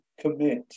commit